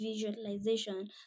visualization